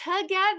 together